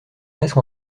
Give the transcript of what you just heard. presque